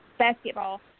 basketball